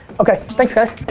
okay, thanks guys.